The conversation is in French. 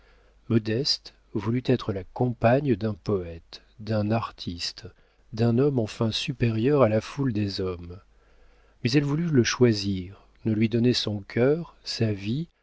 modeste voulut être la compagne d'un poëte d'un artiste d'un homme enfin supérieur à la foule des hommes mais elle voulut le choisir ne lui donner son cœur sa vie